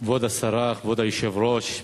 כבוד היושב-ראש,